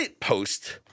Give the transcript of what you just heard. post